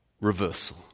reversal